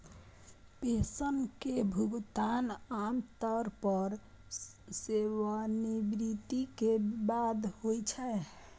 pension के भुगतान आम तौर पर सेवानिवृत्ति के बाद होइ छै